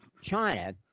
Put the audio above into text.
China